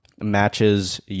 matches